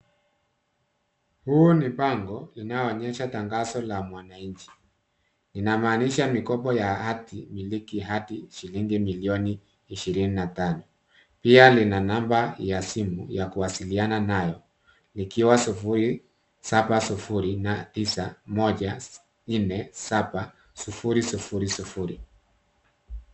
Huu ni bango inayoonyesha tagazo la mwananchi. Inamaandisha mikopo ya ardhi kumiliki hati shilingi milioni ihsirini na tano, pia lina namba ya simu ya kuwasiliana nayo ikiwa 0749147000.